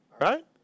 right